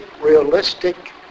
realistic